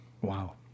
Wow